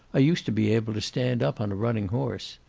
i used to be able to stand up on a running horse.